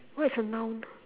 what is a noun